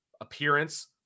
appearance